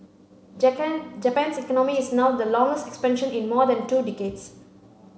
Japan's economy is now the longest expansion in more than two decades